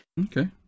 okay